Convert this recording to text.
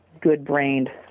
good-brained